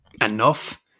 enough